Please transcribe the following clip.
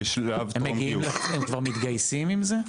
הם כבר מתגייסים עם זה?